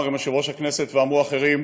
כמו שכבר אמר היום יושב-ראש הכנסת ואמרו אחרים,